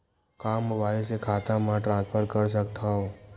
का मोबाइल से खाता म ट्रान्सफर कर सकथव?